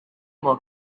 more